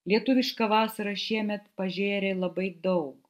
lietuviška vasara šiemet pažėrė labai daug